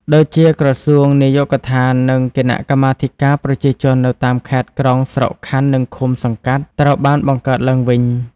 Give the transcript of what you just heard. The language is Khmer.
ដូចជា ក្រសួង នាយកដ្ឋាន និងគណៈកម្មាធិការប្រជាជននៅតាមខេត្ត-ក្រុង ស្រុក-ខណ្ឌ និងឃុំ-សង្កាត់ ត្រូវបានបង្កើតឡើងវិញ។